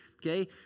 Okay